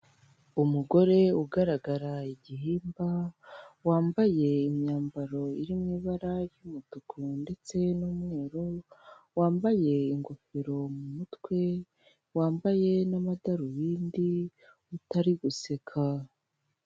Umugore ugaragara igihimba wambaye imyambaro iri mu ibara ry'umutuku ndetse n'umweru wambaye ingofero mu mutwe wambaye n'amadarubindi utari guseka .